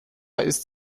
ist